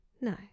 No